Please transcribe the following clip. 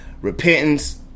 repentance